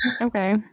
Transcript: Okay